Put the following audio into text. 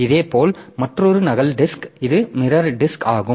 இதேபோல் மற்றொரு நகல் டிஸ்க் இது மிரர் டிஸ்க் ஆகும்